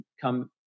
come